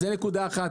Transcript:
זה נקודה אחת.